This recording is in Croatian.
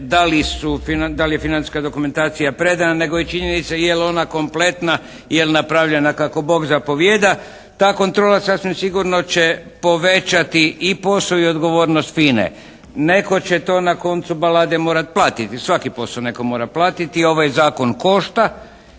da li je financijska dokumentacija predana, nego i činjenica je li ona kompletna, je li napravljena kako Bog zapovijeda? Tako kontrola sasvim sigurno će povećati i posao i odgovornost FINA-e. Neko će to na koncu balade morat platiti jer svaki posao netko mora platiti. Ovaj zakon košta